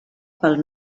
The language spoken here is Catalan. pel